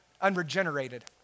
unregenerated